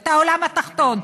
את העולם התחתון.